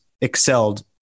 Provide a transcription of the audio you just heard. excelled